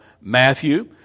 Matthew